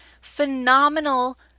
phenomenal